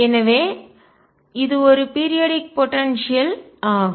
எனவே இது ஒரு பீரியாடிக் போடன்சியல் குறிப்பிட்ட கால இடைவெளி ஆற்றல் ஆகும்